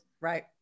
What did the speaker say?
Right